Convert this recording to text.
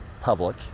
public